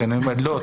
לכן אני אומר: לא,